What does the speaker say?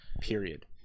period